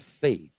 faith